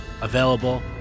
Available